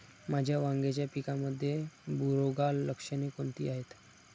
माझ्या वांग्याच्या पिकामध्ये बुरोगाल लक्षणे कोणती आहेत?